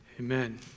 Amen